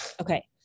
okay